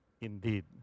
indeed